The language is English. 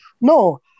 no